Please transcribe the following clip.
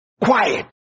quiet